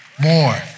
more